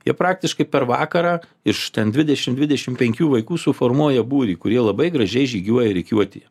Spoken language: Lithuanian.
jie praktiškai per vakarą iš ten dvidešim dvidešim penkių vaikų suformuoja būrį kurie labai gražiai žygiuoja rikiuotėje